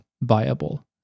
viable